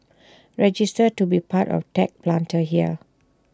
register to be part of tech Planter here